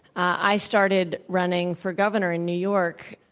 i started running for governor in new york